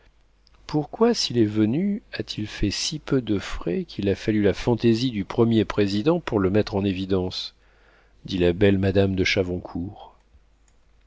pourquoi s'il est venu a-t-il fait si peu de frais qu'il a fallu la fantaisie du premier président pour la mettre en évidence dit la belle madame de chavoncourt